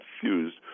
confused